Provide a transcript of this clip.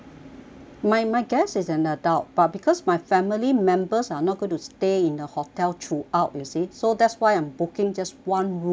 my my guest is an adult but because my family members are not going to stay in the hotel throughout you see so that's why I'm booking just one room